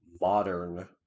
modern